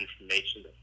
information